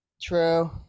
True